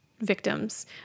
victims